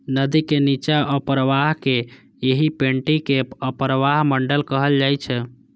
नदीक निच्चा अवप्रवाहक एहि पेटी कें अवप्रवाह मंडल कहल जाइ छै